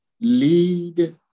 lead